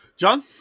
John